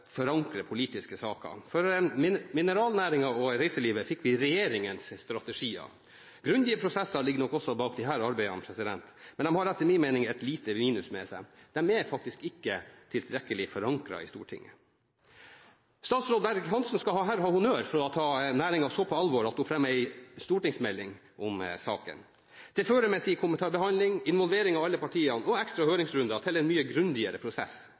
forankre politiske ideer. For mineralnæringen og reiselivet fikk vi regjeringens strategier. Grundige prosesser ligger nok også bak disse arbeidene, men de har etter min mening et lite minus ved seg. De er faktisk ikke tilstrekkelig forankret i Stortinget. Statsråd Berg-Hansen skal ha honnør for å ta næringen så på alvor at hun fremmer en stortingsmelding om saken. Det fører med sin komitébehandling, involvering av alle partier og ekstra høringsrunder til en mye grundigere prosess.